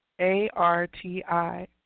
A-R-T-I